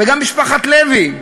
וגם משפחת לוי,